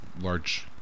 Large